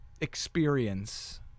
experience